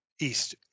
east